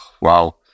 Wow